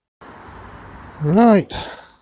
Right